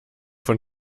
von